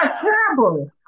terrible